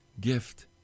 gift